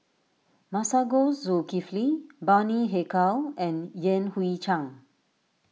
Masagos Zulkifli Bani Haykal and Yan Hui Chang